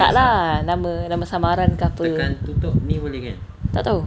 tak lah nama nama samaran ke apa tak tahu